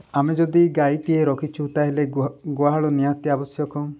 ଆମେ ଯଦି ଗାଈଟିଏ ରଖିଛୁ ତା'ହେଲେ ଗୁହାଳ ନିହାତି ଆବଶ୍ୟକ